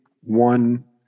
one